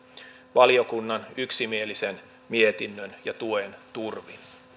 valiokunnan yksimielisen mietinnön ja tuen turvin